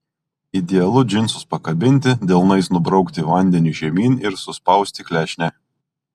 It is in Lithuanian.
idealu džinsus pakabinti delnais nubraukti vandenį žemyn ir suspausti klešnę